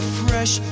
fresh